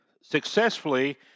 successfully